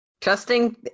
Trusting